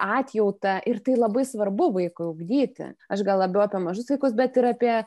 atjautą ir tai labai svarbu vaikui ugdyti aš gal labiau apie mažus vaikus bet ir apie